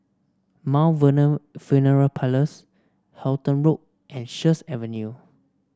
Mt Vernon Funeral Parlours Halton Road and Sheares Avenue